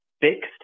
fixed